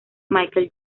michael